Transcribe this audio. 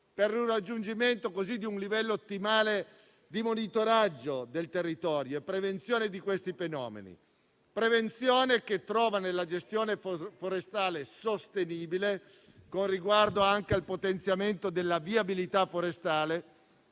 così da raggiungere un livello ottimale di monitoraggio del territorio e prevenzione di questi fenomeni. Tale prevenzione trova nella gestione forestale sostenibile, con riguardo anche al potenziamento della viabilità forestale